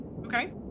okay